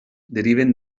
deriven